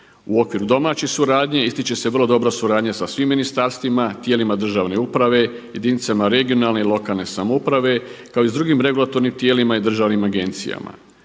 U okviru domaće suradnje ističe se vrlo dobra suradnja sa svim ministarstvima, tijelima državne uprave, jedinicama regionalne i lokalne samouprave kao i s drugim regulatornim tijelima i državnim agencijama.